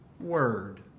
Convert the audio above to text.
word